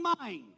mind